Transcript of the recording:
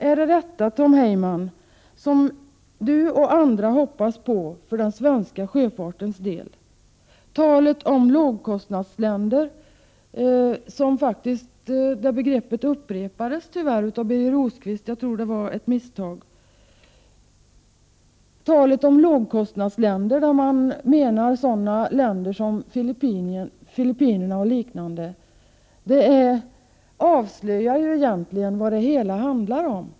Är det detta som Tom Heyman och andra hoppas på för den svenska sjöfartens del? Talet om ”lågkostnadsländer” — det begreppet upprepades tyvärr av Birger Rosqvist; jag tror att det var ett misstag — varvid man menar länder som Filippinerna och liknande, avslöjar ju egentligen vad det hela handlar om.